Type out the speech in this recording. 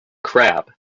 crab